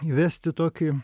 įvesti tokį